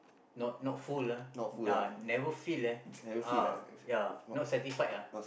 not not full ah never fill eh uh ya not satisfied ah